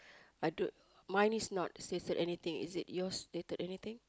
I thought mine is not stated anything is it yours stated anything